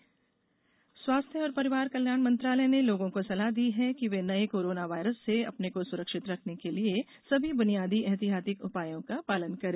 स्वास्थ्य परामर्श केन्द्रीय स्वास्थ्य और परिवार कल्याण मंत्रालय ने लोगों को सलाह दी है कि वे नये कोरोना वायरस से अपने को सुरक्षित रखने के लिए सभी बुनियादी एहतियाती उपायों का पालन करें